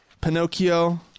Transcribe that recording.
pinocchio